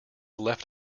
left